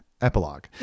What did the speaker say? epilogue